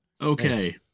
Okay